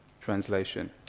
Translation